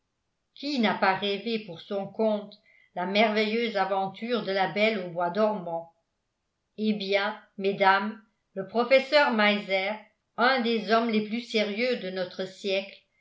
qui n'a pas rêvé pour son compte la merveilleuse aventure de la belle au bois dormant hé bien mesdames le professeur meiser un des hommes les plus sérieux de notre siècle